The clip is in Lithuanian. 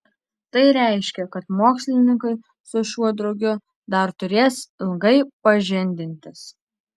tai reiškia kad mokslininkai su šiuo drugiu dar turės ilgai pažindintis